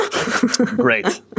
Great